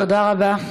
תודה רבה.